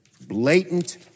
Blatant